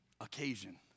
occasion